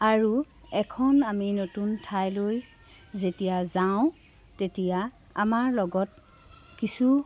আৰু এখন আমি নতুন ঠাইলৈ যেতিয়া যাওঁ তেতিয়া আমাৰ লগত কিছু